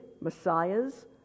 Messiahs